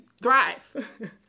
thrive